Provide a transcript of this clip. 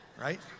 right